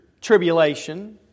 tribulation